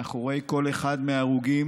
מאחורי כל אחד מההרוגים